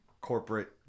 corporate